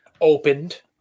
opened